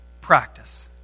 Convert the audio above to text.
practice